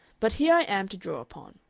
but here i am to draw upon.